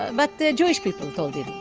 ah but jewish people told him.